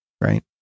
right